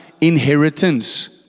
inheritance